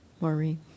Maureen